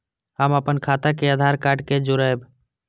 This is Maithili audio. हम अपन खाता के आधार कार्ड के जोरैब?